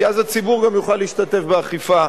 כי אז הציבור גם יוכל להשתתף באכיפה.